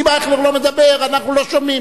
אם אייכלר לא מדבר, אנחנו לא שומעים.